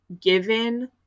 given